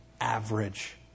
average